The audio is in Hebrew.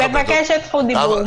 מבקשת זכות דיבור.